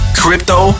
crypto